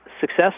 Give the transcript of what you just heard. success